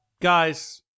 guys